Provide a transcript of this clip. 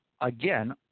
again